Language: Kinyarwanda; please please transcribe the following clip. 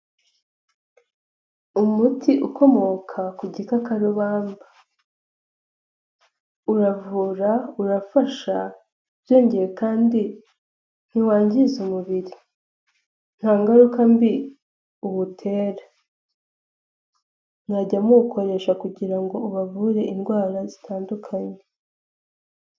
Umuti ukomoka ku gikakarubamba, uravura, urafasha byongeye kandi ntiwangiza umubiri ntangaruka mbi uwutere, mwajya muwukoresha kugira ngo ubavure indwara zitandukanye.